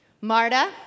Marta